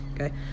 Okay